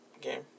game